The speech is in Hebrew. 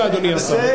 אדוני השר, בבקשה.